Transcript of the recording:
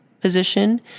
position